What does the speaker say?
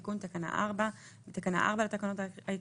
התש"ף 2020." תיקון תקנה 4 בתקנה 4 לתקנות העיקריות,